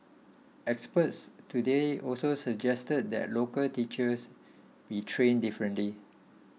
experts today also suggested that local teachers be trained differently